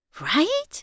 Right